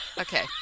Okay